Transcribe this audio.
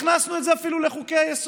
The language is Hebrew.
הכנסנו את זה אפילו לחוקי-היסוד.